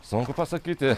sunku pasakyti